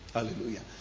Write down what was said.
Hallelujah